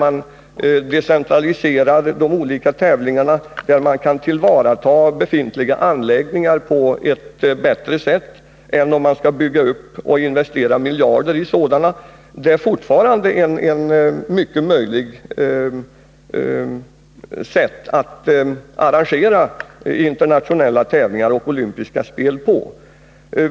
Då decentraliserar man tävlingarna till olika tävlingsplatser och kan tillvarata befintliga anläggningar på ett bättre sätt än om man skall bygga upp sådana och investera miljarder i dem.